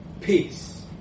Peace